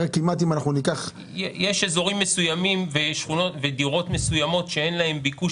יש אזורים מסוימים ודירות מסוימות שאין להן ביקוש